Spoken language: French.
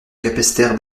capesterre